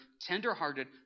tenderhearted